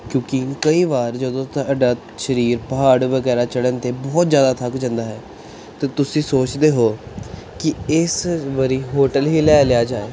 ਕਿਉਂਕਿ ਕਈ ਵਾਰ ਜਦੋਂ ਤੁਹਾਡਾ ਸਰੀਰ ਪਹਾੜ ਵਗੈਰਾ ਚੜ੍ਹਨ 'ਤੇ ਬਹੁਤ ਜ਼ਿਆਦਾ ਥੱਕ ਜਾਂਦਾ ਹੈ ਅਤੇ ਤੁਸੀਂ ਸੋਚਦੇ ਹੋ ਕਿ ਇਸ ਵਾਰ ਹੋਟਲ ਹੀ ਲੈ ਲਿਆ ਜਾਵੇ